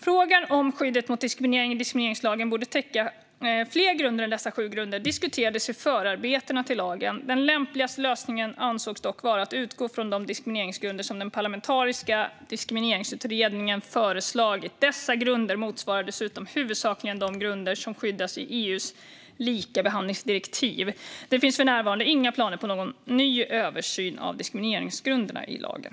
Frågan om skyddet mot diskriminering i diskrimineringslagen borde täcka fler grunder än dessa sju diskuterades i förarbetena till lagen. Den lämpligaste lösningen ansågs dock vara att utgå från de diskrimineringsgrunder som den parlamentariska diskrimineringsutredningen föreslagit. Dessa grunder motsvarar dessutom huvudsakligen de grunder som skyddas i EU:s likabehandlingsdirektiv. Det finns för närvarande inga planer på någon ny översyn av diskrimineringsgrunderna i lagen.